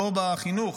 לא בחינוך,